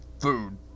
food